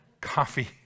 coffee